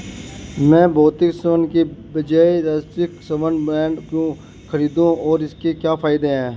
मैं भौतिक स्वर्ण के बजाय राष्ट्रिक स्वर्ण बॉन्ड क्यों खरीदूं और इसके क्या फायदे हैं?